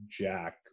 Jack